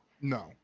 No